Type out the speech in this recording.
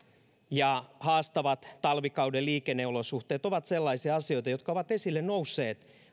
ja haastavat talvikauden liikenneolosuhteet ovat sellaisia asioita jotka ovat nousseet